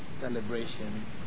celebration